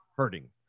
hurting